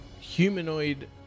humanoid